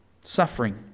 suffering